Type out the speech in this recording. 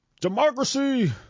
democracy